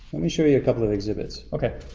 let me show you a couple of exhibits. okay.